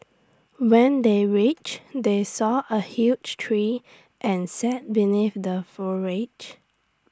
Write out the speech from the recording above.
when they reached they saw A huge tree and sat beneath the forage